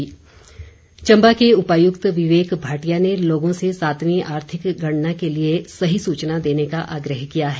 आर्थिक गणना चंबा के उपायुक्त विवेक भाटिया ने लोगों से सातवीं आर्थिक गणना के लिए सही सूचना प्रदान करने का आग्रह किया है